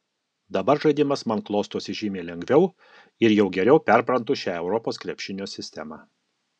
dabar žaidimas man klostosi žymiai lengviau ir jau geriau perprantu šią europos krepšinio sistemą